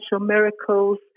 miracles